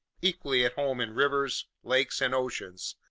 equally at home in rivers, lakes, and oceans,